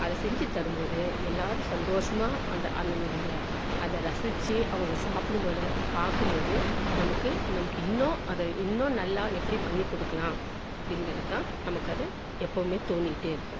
அதை செஞ்சு தரும்போது எல்லோரும் சந்தோஷமாக அந்த அதனுடைய அதை ரசித்து அவங்க சாப்பிடும் போது பார்க்கும் போது நமக்கு நமக்கு இன்னும் அதை இன்னும் நல்லா எப்படி பண்ணி கொடுக்கலாம் அப்படிங்கிறது தான் நமக்கு அது எப்போமே தோணிக்கிட்டே இருக்கும்